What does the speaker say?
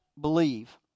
believe